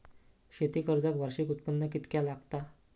शेती कर्जाक वार्षिक उत्पन्न कितक्या लागता?